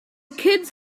kids